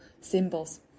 symbols